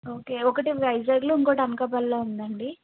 okay ఒకటి వైజాగ్లో ఇంకొకటి అనకాపల్లిలో ఉందండి